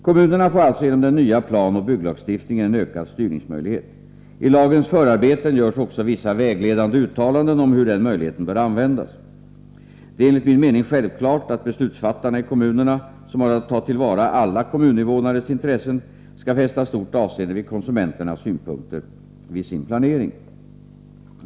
Kommunerna får alltså genom den nya planoch bygglagstiftningen en ökad styrningsmöjlighet. I lagens förarbeten görs också vissa vägledande uttalanden om hur denna möjlighet bör användas. Det är enligt min mening självklart att beslutsfattarna i kommunerna, som har att ta till vara alla kommuninvånares intressen, skall fästa stort avseende vid konsumenternas synpunkter vid sin planering.